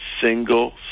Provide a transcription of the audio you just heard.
single